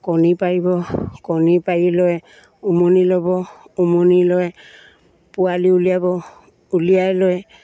কণী পাৰিব কণী পাৰি লৈ উমনি ল'ব উমনি লৈ পোৱালি উলিয়াব উলিয়াই লৈ